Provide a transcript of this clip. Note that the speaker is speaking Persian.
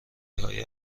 های